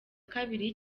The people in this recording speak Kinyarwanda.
kabiri